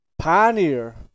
Pioneer